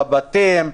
בבתים.